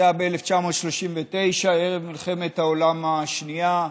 זה היה ב-1939, ערב מלחמת העולם השנייה,